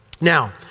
Now